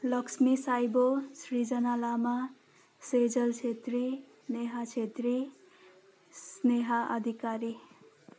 Lakshmi Saibo Srijana Lama Sejal Chhetri Neha Chhetri Sneha Adhikari